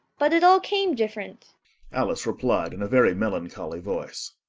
but it all came different alice replied in a very melancholy voice.